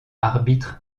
arbitre